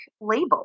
label